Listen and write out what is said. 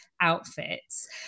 outfits